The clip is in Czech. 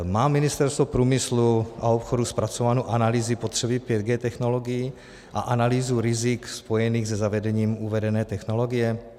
Má Ministerstvo průmyslu a obchodu zpracované analýzy potřeby 5G technologií a analýzu rizik spojených se zavedením uvedené technologie?